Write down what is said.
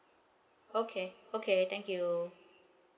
okay okay thank you